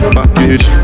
Package